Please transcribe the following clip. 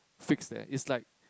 fixed leh it's like